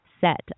set